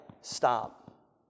stop